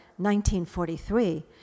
1943